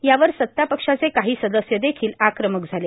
यावर सत्तापक्षाचे काही सदस्य देखिल आक्रमक झाले